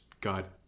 God